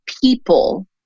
people